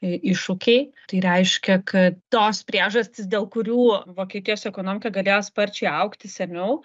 iššūkiai tai reiškia kad tos priežastys dėl kurių vokietijos ekonomika galėjo sparčiai augti seniau